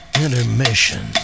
Intermission